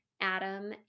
Adam